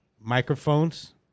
microphones